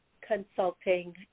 consulting